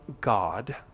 God